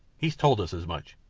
he's told us as much,